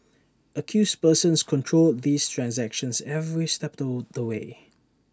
accused persons controlled these transactions every step of the way